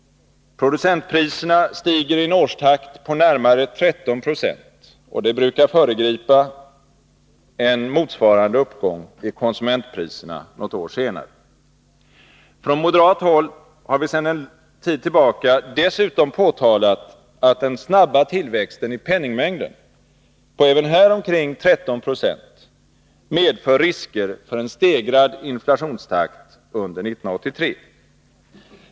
Producentpriserna stigeri en årstakt på närmare 13 26, och det brukar föregripa en motsvarande uppgång i konsumentpriserna något år senare. Från moderat håll har vi sedan en tid tillbaka dessutom påtalat att den snabba tillväxten i penningmängden på även här omkring 13 96 medför risker för en stegring av inflationstakten under 1983.